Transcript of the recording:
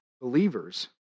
believers